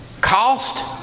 Cost